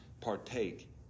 partake